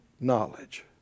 Knowledge